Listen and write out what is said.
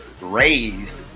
raised